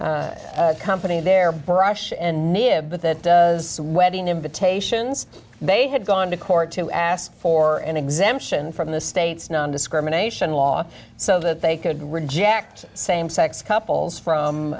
a company their brush and nia but that does wedding invitations they had gone to court to ask for an exemption from the state's nondiscrimination law so that they could reject same sex couples from